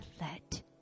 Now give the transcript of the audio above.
let